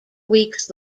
weeks